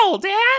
Dad